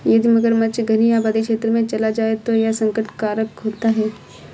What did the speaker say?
यदि मगरमच्छ घनी आबादी क्षेत्र में चला जाए तो यह संकट कारक होता है